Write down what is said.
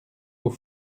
aux